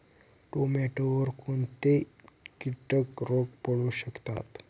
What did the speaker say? टोमॅटोवर कोणते किटक रोग पडू शकतात?